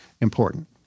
important